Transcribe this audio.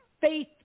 faith